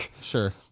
sure